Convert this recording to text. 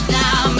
now